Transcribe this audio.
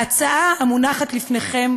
ההצעה המונחת לפניכם